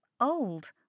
old